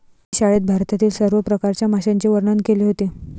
मी शाळेत भारतातील सर्व प्रकारच्या माशांचे वर्णन केले होते